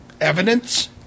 evidence